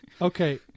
Okay